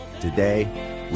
Today